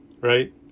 right